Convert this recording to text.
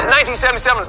1977